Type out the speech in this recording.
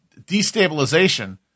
destabilization